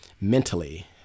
mentally